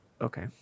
okay